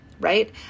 right